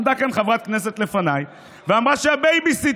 עמדה כאן חברת כנסת לפניי ואמרה שהבייביסיטר